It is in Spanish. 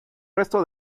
resto